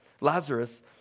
Lazarus